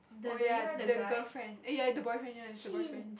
oh ya the girlfriend oh ya the boyfriend yes the boyfriend